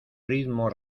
ritmo